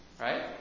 right